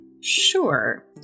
Sure